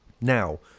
Now